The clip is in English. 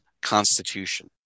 constitution